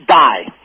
die